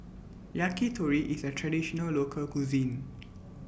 Yakitori IS A Traditional Local Cuisine